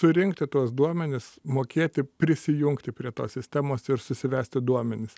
surinkti tuos duomenis mokėti prisijungti prie tos sistemos ir susivesti duomenis